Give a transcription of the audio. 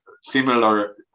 similar